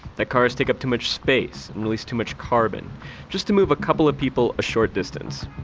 that cars take up too much space and release too much carbon just to move a couple of people a short distance.